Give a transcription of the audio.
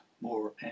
more